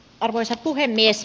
arvoisa puhemies